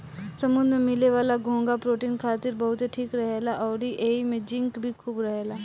समुंद्र में मिले वाला घोंघा प्रोटीन खातिर बहुते ठीक रहेला अउरी एइमे जिंक भी खूब रहेला